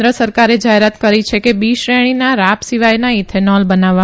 કેન્દ્ર સરકારે જાહેરાત કરી છે કે બી શ્રેણીના રાબ સિવાયના ઇથેનોલ બનાવવા